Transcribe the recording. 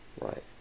Right